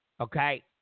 Okay